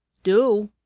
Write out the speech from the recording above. do!